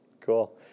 Cool